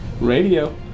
Radio